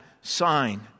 sign